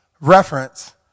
reference